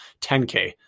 10K